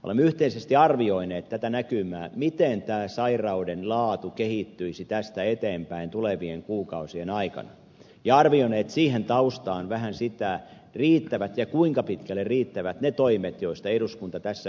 olemme yhteisesti arvioineet tätä näkymää miten tämä sairauden laatu kehittyisi tästä eteenpäin tulevien kuukausien aikana ja arvioineet siihen taustaan vähän sitä riittävätkö ja kuinka pitkälle riittävät ne toimet joista eduskunta tässä ja nyt päättää